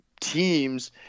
Teams